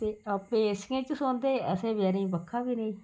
ते आपें एसियें च सौंदे असें बेचारें गी पक्खा बी नेईं